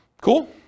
Cool